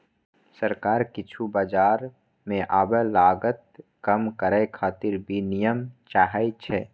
सरकार किछु बाजार मे आब लागत कम करै खातिर विनियम चाहै छै